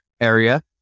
area